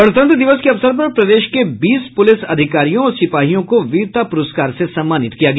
गणतंत्र दिवस के अवसर पर प्रदेश के बीस पुलिस अधिकारियों और सिपाहियों को वीरता पुरस्कार से सम्मानित किया गया